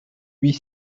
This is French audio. huit